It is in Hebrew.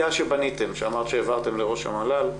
שבניתם, שאמרת שהעברתם לראש המל"ל,